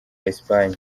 espagne